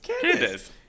Candace